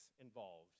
involved